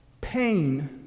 pain